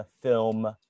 film